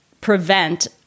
prevent